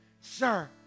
sir